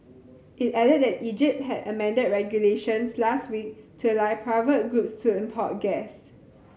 it added that Egypt had amended regulations last week to allow private groups to import gas